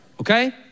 Okay